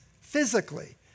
physically